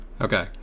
Okay